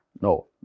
no